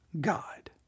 God